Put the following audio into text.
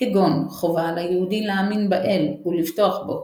כגון חובה על היהודי להאמין באל ולבטוח בו,